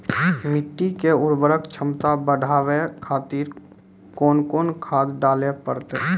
मिट्टी के उर्वरक छमता बढबय खातिर कोंन कोंन खाद डाले परतै?